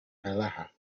relaja